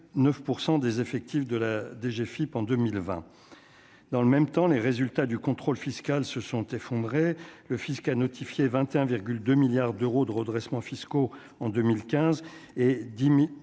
9 % des effectifs de la DGFIP en 2020 dans le même temps, les résultats du contrôle fiscal se sont effondrés, le Fisc a notifié 21,2 milliards d'euros de redressements fiscaux en 2015 et 10 minutes